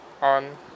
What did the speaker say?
on